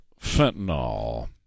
fentanyl